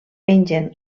pengen